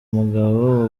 umugabo